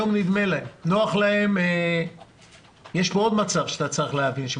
יש עוד מצב שצריך להבין,